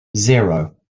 zero